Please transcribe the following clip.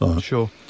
Sure